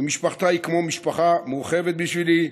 משפחתה היא כמו משפחה מורחבת בשבילי,